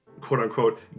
quote-unquote